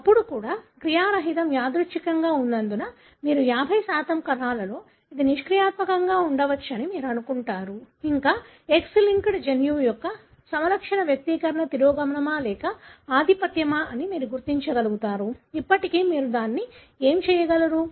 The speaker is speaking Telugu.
అప్పుడు కూడా క్రియారహితం యాదృచ్ఛికంగా ఉన్నందున మీరు 50 కణాలలో అది నిష్క్రియాత్మకంగా ఉండవచ్చని మీరు అనుకుంటారు ఇంకా X లింక్డ్ జన్యువు యొక్క సమలక్షణ వ్యక్తీకరణ తిరోగమనమా లేక ఆధిపత్యమా అని మీరు గుర్తించగలుగుతారు ఇప్పటికీ మీరు దీన్ని చేయగలరు